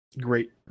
Great